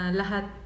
lahat